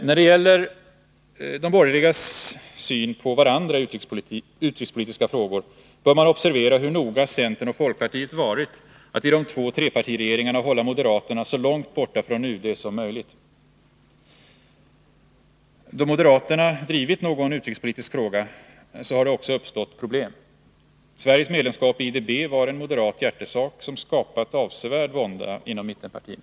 När det gäller de borgerligas syn på varandra i utrikespolitiska frågor bör man observera hur noga centern och folkpartiet har varit att i de två trepartiregeringarna hålla moderaterna så långt borta från UD som möjligt. Då moderaterna drivit någon utrikespolitisk fråga, har det också uppstått problem. Sveriges medlemskap i IDB var en moderat hjärtesak, som skapat avsevärd vånda inom mittenpartierna.